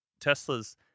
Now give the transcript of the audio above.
Tesla's